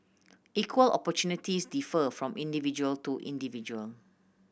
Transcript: equal opportunities differ from individual to individual